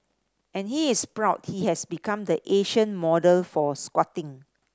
and he is proud he has become the Asian model for squatting